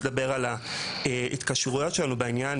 נדבר על ההתקשרויות שלנו בעניין.